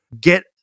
Get